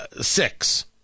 six